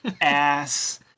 ass